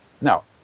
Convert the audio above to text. Now